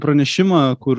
pranešimą kur